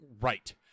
right